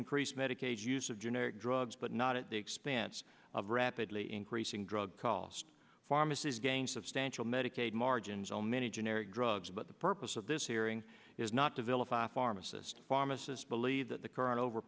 increase medicaid use of generic drugs but not at the expense of rapidly increasing drug cost pharmacies gain substantial medicaid margins on many generic drugs but the purpose of this hearing is not to vilify the pharmacist pharmacists believe that the current over